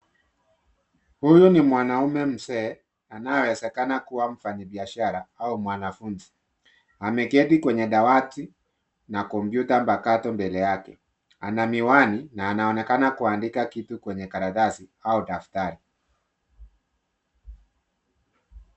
Huyu ni mwanaume mzee anayewezekana kua mfanyibiashara au mwanafunzi. Ameketi kwenye dawati na kompyuta mpakato mbele yake. Ana miwani, na anaonekana kuandika kitu kwenye karatasi au daftari.